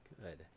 Good